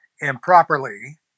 improperly